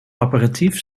aperitief